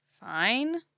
fine